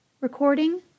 Recording